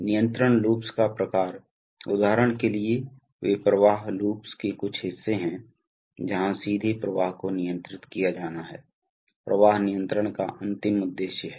नियंत्रण लूप्स का प्रकार उदाहरण के लिए वे प्रवाह लूप्स के कुछ हिस्से हैं जहां सीधे प्रवाह को नियंत्रित किया जाना है प्रवाह नियंत्रण का अंतिम उद्देश्य है